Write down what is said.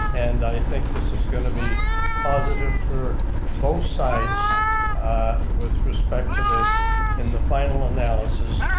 and i think this is going to be positive for both sides with respect to this in the final analysis,